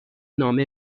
نامه